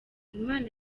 imana